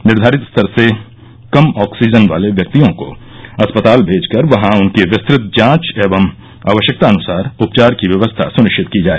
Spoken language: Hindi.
निर्घारित स्तर से कम ऑक्सीजन वाले व्यक्तियों को अस्पताल भेजकर वहां उनकी विस्तृत जांच एवं आवश्यकतानुसार उपचार की व्यवस्था सुनिश्चित की जाए